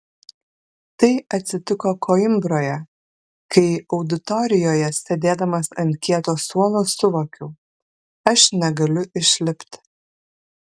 tai atsitiko koimbroje kai auditorijoje sėdėdamas ant kieto suolo suvokiau aš negaliu išlipti